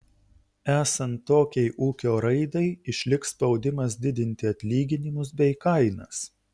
esant tokiai ūkio raidai išliks spaudimas didinti atlyginimus bei kainas